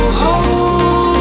hold